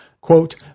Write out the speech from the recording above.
Quote